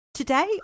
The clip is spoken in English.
Today